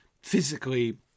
physically